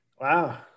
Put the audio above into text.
wow